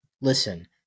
Listen